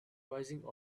rising